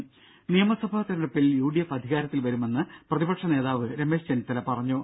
രുര നിയമസഭാ തെരഞ്ഞെടുപ്പിൽ യുഡിഎഫ് അധികാരത്തിൽ വരുമെന്ന് പ്രതിപക്ഷ നേതാവ് രമേശ് ചെന്നിത്തല പറഞ്ഞു